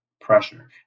pressure